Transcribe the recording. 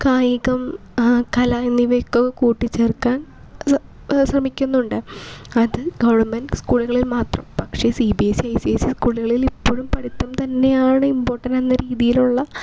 കായികം കല എന്നിവയൊക്കെ കൂട്ടിച്ചേര്ക്കാന് ശ്രമിക്കുന്നുണ്ട് അത് ഗവണ്മെന്റ് സ്കൂളുകളില് മാത്രം പക്ഷെ C B S C I C A C സ്കൂളുകളിൽ ഇപ്പോഴും പഠിത്തം തന്നെയാണ് ഇമ്പോട്ടൻ്റ് എന്ന രീതിയിലുള്ള